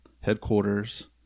headquarters